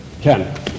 Ken